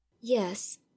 Yes